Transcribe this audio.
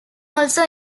also